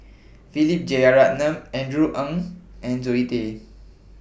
Philip Jeyaretnam Andrew Ang and Zoe Tay